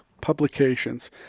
publications